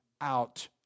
out